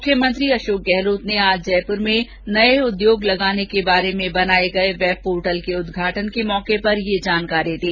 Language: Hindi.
मुख्यमंत्री अशोक गहलोत ने आज जयप्र में नये उद्योग लगाने के बारे में बनाये गये वेब पोर्टल के उदघाटन के मौके पर ये जानकारी दी